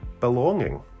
belonging